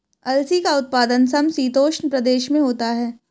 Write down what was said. अलसी का उत्पादन समशीतोष्ण प्रदेश में होता है